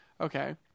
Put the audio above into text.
okay